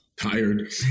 tired